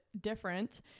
Different